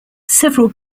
several